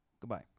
goodbye